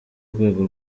rwego